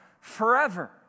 forever